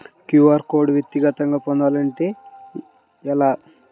QR code వ్యక్తిగతంగా పొందాలంటే ఎలా?